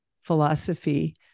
philosophy